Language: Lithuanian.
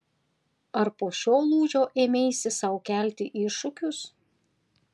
ar po šio lūžio ėmeisi sau kelti iššūkius